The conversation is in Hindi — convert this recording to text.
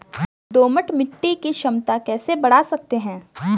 दोमट मिट्टी की क्षमता कैसे बड़ा सकते हैं?